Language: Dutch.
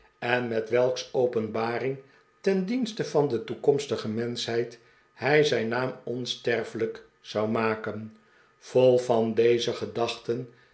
en met welks openbaring ten dienste van de toekomstige menschhheid hij zijn naam onsterfelijk zou maken vol van deze gedachten